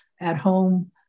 at-home